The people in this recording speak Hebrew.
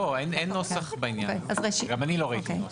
לא, אין נוסח בעניין הזה, גם אני לא ראיתי נוסח.